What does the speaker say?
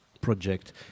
project